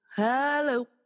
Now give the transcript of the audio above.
hello